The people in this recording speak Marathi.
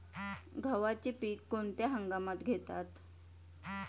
गव्हाचे पीक कोणत्या हंगामात घेतात?